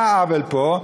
מה העוול פה?